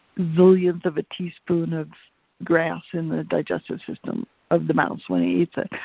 billionth of a teaspoon of grass in the digestive system of the mouse when he eats it.